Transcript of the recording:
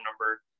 number